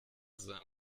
sei